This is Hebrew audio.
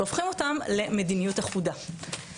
והופכים אותם למדיניות אחודה.